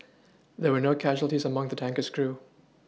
there were no casualties among the tanker's crew